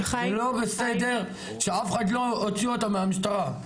זה לא בסדר שאף אחד לא הוציא אותם מהמשטרה.